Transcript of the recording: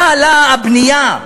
מה עלתה הבנייה?